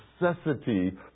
necessity